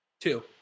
Two